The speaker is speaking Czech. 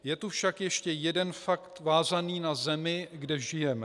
Je tu však ještě jeden fakt vázaný na zemi, kde žijeme.